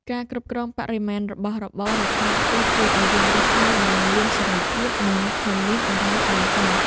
ការគ្រប់គ្រងបរិមាណរបស់របរនៅក្នុងផ្ទះជួយឱ្យយើងរស់នៅដោយមានសេរីភាពនិងមិនមានអារម្មណ៍តានតឹង។